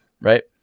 right